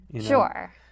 Sure